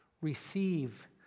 receive